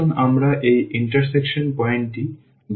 সুতরাং আসুন আমরা এই ইন্টারসেকশন পয়েন্টটি গণনা করি